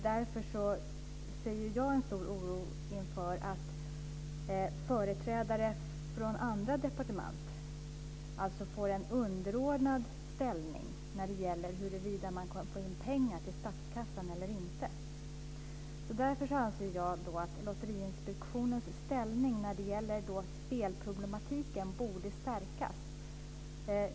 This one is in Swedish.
Jag känner en stor oro för att företrädare för andra departement får en underordnad ställning när det gäller möjligheterna att få pengar från statskassan. Jag anser att Lotteriinspektionens ställning borde stärkas när det gäller spelproblematiken.